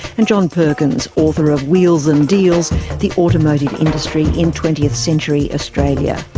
and john perkins, author of wheels and deals the automotive industry in twentieth century australia.